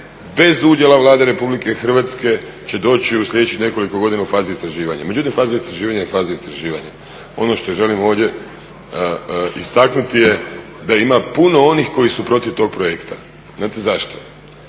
bez udjela Vlade Republike Hrvatske će doći u sljedećih nekoliko godina u fazu istraživanja. Međutim, faza istraživanja je faza istraživanja. Ono što želim ovdje istaknuti je da ima puno onih koji su protiv tog projekta. Znate zašto?